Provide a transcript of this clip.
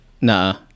Nah